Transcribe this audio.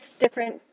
different